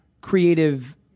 creative